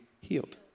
healed